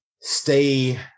stay